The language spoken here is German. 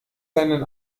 seinen